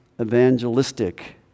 evangelistic